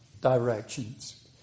directions